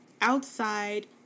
outside